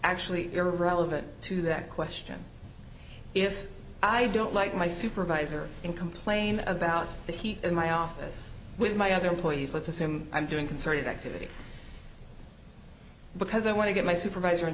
actually irrelevant to that question if i don't like my supervisor and complain about the heat in my office with my other employees let's assume i'm doing concerted activity because i want to get my supervisor in